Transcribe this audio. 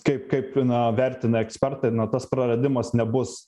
kaip kaip na vertina ekspertai na tas praradimas nebus